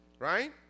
Right